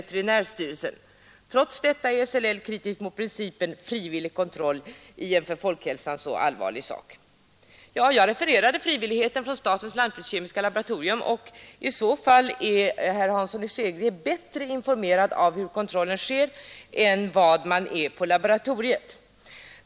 Trots detta är SLL kritisk mot principen frivillig kontroll i en för folkhälsan troligen så allvarlig fråga.” Jag refererade alltså vad man sagt på laboratoriet om frivilligheten, och om herr Hansson i Skegrie har någon annan mening om hur kontrollen sker måste han vara bättre informerad än man är på laboratoriet.